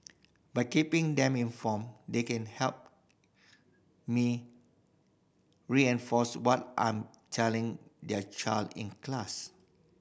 by keeping them informed they can help me reinforce what I'm telling their child in class